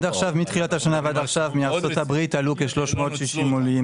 מתחילת השנה עד עכשיו מארצות הברית עלו כ-360 עולים,